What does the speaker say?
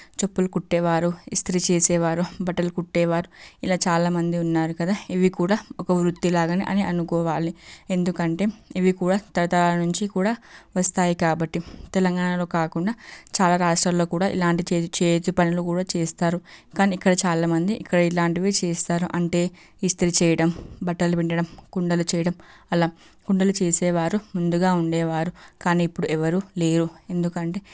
చెప్పులు కుట్టేవారు ఇస్త్రీ చేసేవారు బట్టలు కుట్టేవారు ఇలా చాలామంది ఉన్నారు కదా ఇవి కూడా ఒక వృత్తిలాగానే అని అనుకోవాలి ఎందుకంటే ఇవి కూడా తరతరాల నుంచి కూడా వస్తాయి కాబట్టి తెలంగాణలో కాకుండా చాలా రాష్ట్రాల్లో కూడా ఇలాంటి చేయ చేతి పనులు కూడా చేస్తారు కానీ ఇక్కడ చాలామంది ఇక్కడ ఇలాంటివి చేస్తారు అంటే ఇస్తిరి చేయటం బట్టలు పిండటం కుండలు చేయటం అలా కుండలు చేసేవారు ముందుగా ఉండేవారు కానీ ఇప్పుడు ఎవరు లేరు ఎందుకు అంటే